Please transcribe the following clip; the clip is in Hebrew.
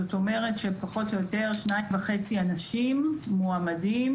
זאת אומרת שפחות או יותר 2.5 אנשים מועמדים